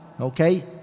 Okay